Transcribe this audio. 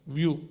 View